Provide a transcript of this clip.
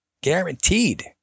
Guaranteed